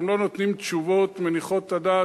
הם לא נותנים תשובות מניחות את הדעת,